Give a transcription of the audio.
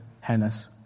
Hannah's